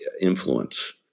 influence